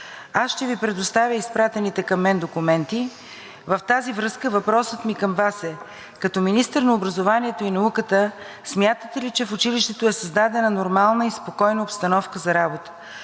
Аз ще Ви предоставя изпратените към мен документи. В тази връзка въпросът ми към Вас е: като министър на образованието и науката смятате ли, че в училището е създадена спокойна обстановка за работа,